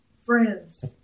Friends